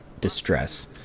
distress